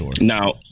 Now